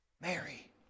Mary